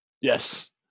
yes